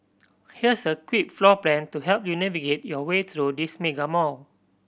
here's a quick floor plan to help you navigate your way through this mega mall